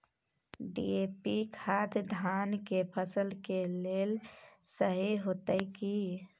DAP खाद धान के फसल के लेल सही होतय की?